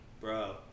bro